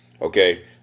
Okay